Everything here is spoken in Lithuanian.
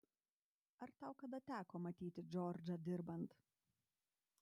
ar tau kada teko matyti džordžą dirbant